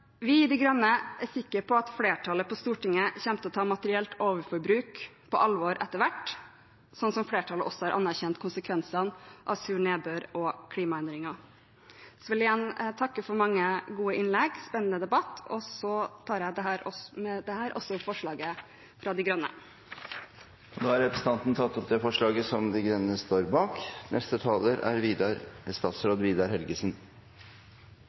Vi i De Grønne er sikre på at flertallet på Stortinget kommer til å ta materielt overforbruk på alvor etter hvert, sånn som flertallet også har anerkjent konsekvensene av sur nedbør og klimaendringer. Så vil jeg igjen takke for mange gode innlegg, en spennende debatt, og jeg tar med dette opp forslaget fra Miljøpartiet De Grønne. Representanten Une Aina Bastholm har dermed tatt opp det forslaget hun refererte til. Det er sjelden man får mulighet til å diskutere et tema som er